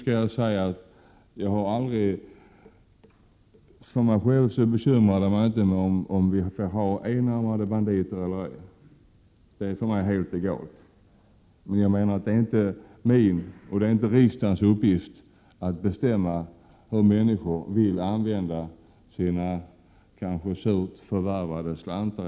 Det har aldrig bekymrat mig om vi har enarmade banditer eller ej. Det är för mig helt egalt. Men jag menar att det inte är min eller riksdagens uppgift att bestämma hur människor vill använda sina kanske surt förvärvade slantar.